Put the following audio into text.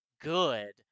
good